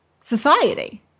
society